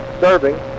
serving